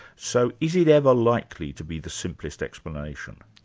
so is it ever likely to be the simplest explanation?